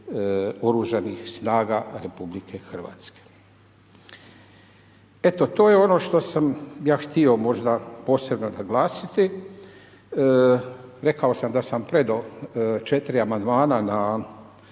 je za pripadnike OS-a RH. Eto to je ono što sam ja htio možda posebno naglasiti, rekao sam da sam predao 4 amandmana na